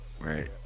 Right